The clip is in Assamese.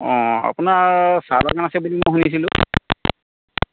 অ' আপোনাৰ চাহ বাগান আছে বুলি মই শুনিছিলোঁ